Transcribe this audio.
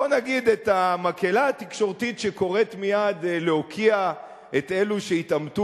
בואו נגיד שאת המקהלה התקשורתית שקוראת מייד להוקיע את אלה שהתעמתו